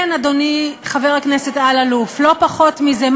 כן, אדוני חבר הכנסת אלאלוף, לא פחות מזה.